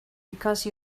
because